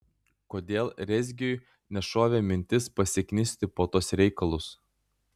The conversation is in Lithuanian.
kodėl rezgiui nešovė mintis pasiknisti po tuos reikalus